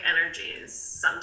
energies